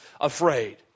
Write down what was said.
afraid